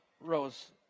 rose